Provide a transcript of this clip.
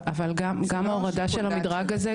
אבל גם ההורדה של המדרג הזה,